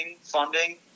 funding